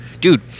Dude